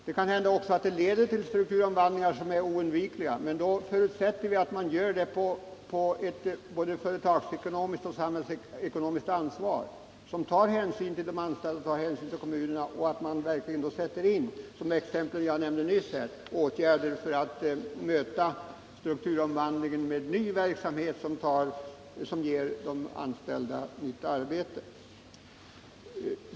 Det kan också hända att översynen leder till strukturomvandlingar som är oundvikliga. Men då förutsätter vi att det sker under både företagsekonomiskt och samhällsekonomiskt ansvar och att man tar hänsyn till de anställda och till kommunerna — att man verkligen sätter in, som i det exempel jag nämnde, åtgärder för att möta strukturomvandlingen med ny verksamhet som ger de anställda nytt arbete.